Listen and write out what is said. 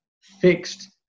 fixed